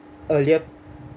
earlier